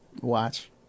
Watch